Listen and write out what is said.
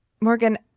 Morgan